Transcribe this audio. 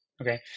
Okay